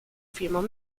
female